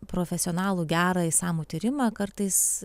profesionalų gerą išsamų tyrimą kartais